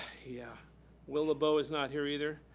yeah will lebeau is not here, either.